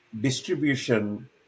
distribution